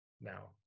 now